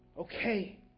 okay